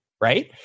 right